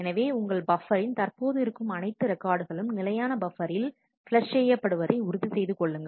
எனவே உங்கள் பப்பரின் தற்போது இருக்கும் அனைத்து ரெக்கார்டு களும் நிலையான பப்பரில் பிளஸ் செய்யப்படுவதை உறுதிசெய்து கொள்ளுங்கள்